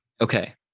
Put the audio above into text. Okay